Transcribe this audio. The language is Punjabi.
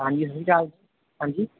ਹਾਂਜੀ ਸਤਿ ਸ਼੍ਰੀ ਅਕਾਲ ਹਾਂਜੀ